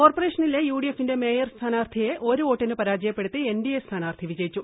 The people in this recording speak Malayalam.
കോർപ്പറേഷനിലെ യുഡിഎഫിന്റെ മേയർ സ്ഥാനാർത്ഥിയെ ഒരു വോട്ടിന് പരാജയപ്പെടുത്തി എൻഡിഎ സ്ഥാനാർത്ഥി വിജയിച്ചു